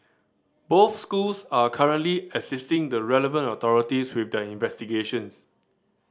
both schools are currently assisting the relevant authorities with their investigations